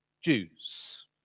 Jews